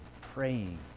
praying